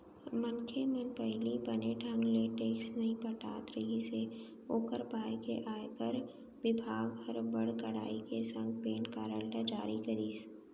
मनखे मन पहिली बने ढंग ले टेक्स नइ पटात रिहिस हे ओकर पाय के आयकर बिभाग हर बड़ कड़ाई के संग पेन कारड ल जारी करिस